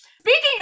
Speaking